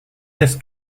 this